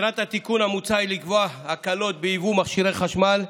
מטרת התיקון המוצע היא לקבוע הקלות ביבוא מכשירי חשמל,